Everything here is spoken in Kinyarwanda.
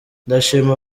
ndashima